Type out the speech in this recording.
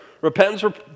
Repentance